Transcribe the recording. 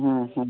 हाँ हम